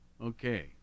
Okay